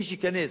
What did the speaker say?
מי שייכנס,